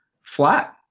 flat